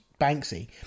Banksy